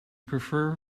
prefer